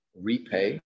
repay